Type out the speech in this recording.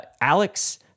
Alex